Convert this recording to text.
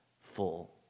full